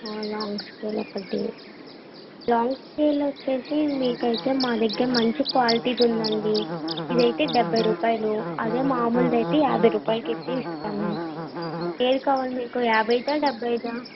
long scale ఒకటి long scale వచ్చి మీకయితే మా దగ్గర మంచి క్వాలిటీది ఉందండి ఇదైతే డెబ్బై రూపాయలు అదే మామూలుది అయితే యాభై రూపాయలకయితే ఇస్తాను ఏది కావాలి మీకు యాభైదా డెబ్బైదా